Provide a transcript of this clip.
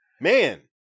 Man